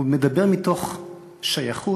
הוא מדבר מתוך שייכות?